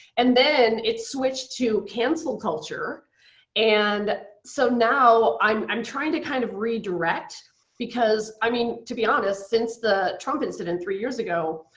and then, it switched to cancel culture and so now i'm i'm trying to kind of redirect because i mean to be honest, since the trump incident three years ago,